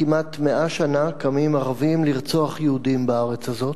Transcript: כמעט 100 שנה קמים ערבים לרצוח יהודים בארץ הזאת.